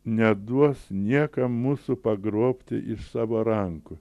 neduos niekam mūsų pagrobti iš savo rankų